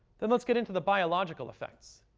then let's get into the biological effects.